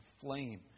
flame